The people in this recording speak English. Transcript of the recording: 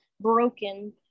broken